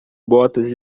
botas